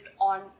on